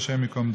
ה' ייקום דמם.